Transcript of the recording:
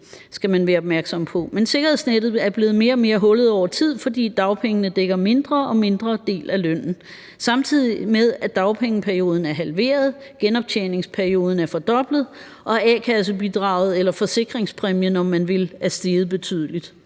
sikkerhedsnettet er blevet mere og mere hullet over tid, fordi dagpengene dækker en mindre og mindre del af lønnen, samtidig med at dagpengeperioden er halveret, at genoptjeningsperioden er fordoblet, og at a-kassebidraget eller forsikringspræmien, om man vil, er steget betydeligt.